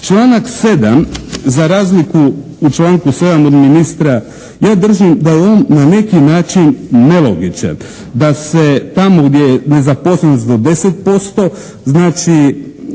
Članak 7. za razliku u članku 7. od ministra ja držim da je on na neki način nelogičan, da se tamo gdje je nezaposlenost do 10% znači